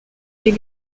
est